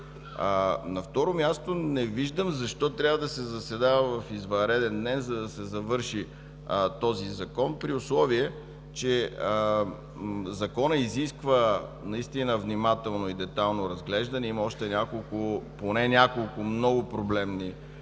На второ място, не виждам защо трябва да се заседава в извънреден ден, за да се завърши този Закон, при условие, че Законът изисква наистина внимателно и детайлно разглеждане. Има поне още няколко много проблемни членове,